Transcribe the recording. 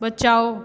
बचाओ